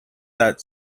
that